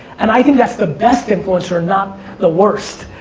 and i think that's the best influencer, not the worst.